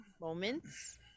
moments